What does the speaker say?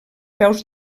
peus